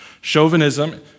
Chauvinism